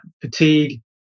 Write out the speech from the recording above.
Fatigue